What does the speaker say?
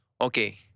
Okay